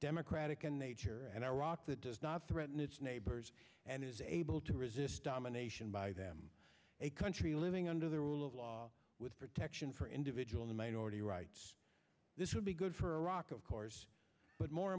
democratic and nature an iraq that does not threaten its neighbors and is able to resist domination by them a country living under the rule of law with protection for individuals in minority rights this would be good for iraq of course but more